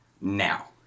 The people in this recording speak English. Now